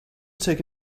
take